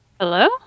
Hello